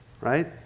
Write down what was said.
right